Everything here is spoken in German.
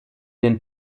den